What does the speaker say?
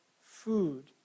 food